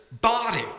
body